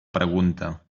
pregunta